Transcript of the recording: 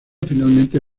finalmente